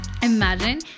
Imagine